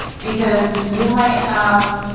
because you might have,